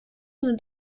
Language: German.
sind